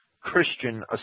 Christian